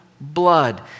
blood